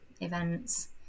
events